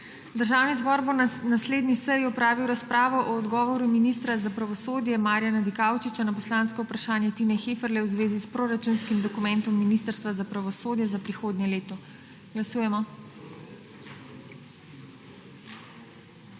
Državni zbor bo na naslednji seji opravil razpravo o odgovoru ministra za pravosodje Marjana Dikaučiča na poslansko vprašanje Tine Heferle v zvezi s proračunskim dokumentom Ministrstva za pravosodje za prihodnje leto. Glasujemo.